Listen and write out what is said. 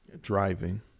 driving